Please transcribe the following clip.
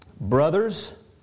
Brothers